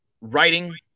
writing